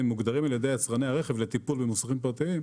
ומוגדרות על ידי יצרני הרכב לטיפול במוסכים פרטיים,